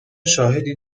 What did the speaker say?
شاهدی